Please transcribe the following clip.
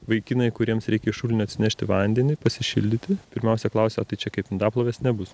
vaikinai kuriems reikia iš šulinio atsinešti vandenį pasišildyti pirmiausia klausia o tai čia kaip indaplovės nebus